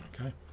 Okay